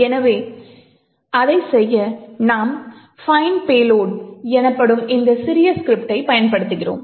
எனவே அதைச் செய்ய நாம் find payload எனப்படும் இந்த சிறிய ஸ்கிரிப்டைப் பயன்படுத்துகிறோம்